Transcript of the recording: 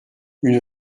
une